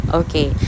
okay